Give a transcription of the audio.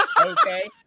okay